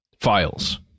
files